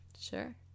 Sure